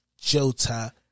Jota